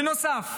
בנוסף,